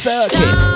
Circuit